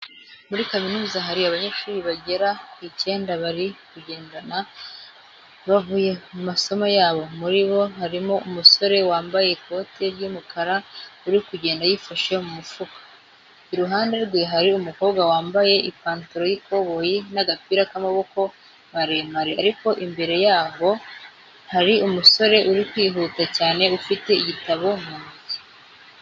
Muri kaminuza hari abanyeshuri bagera ku icyenda bari kugendana bavuye mu masomo yabo. Muri bo harimo umusore wambaye ikote ry'umukara uri kugenda yifashe mu mufuka, iruhande rwe hari umukobwa wambaye ipantaro y'ikoboyi n'agapira k'amaboko maremare ariko imbere yabo hari umusore uri kwihuta cyane ufite igitabo mu ntoki.